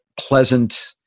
pleasant